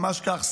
ממש כך,